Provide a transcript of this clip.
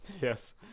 Yes